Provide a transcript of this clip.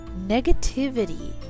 Negativity